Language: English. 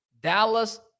Dallas